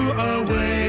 away